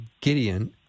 gideon